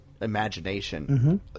imagination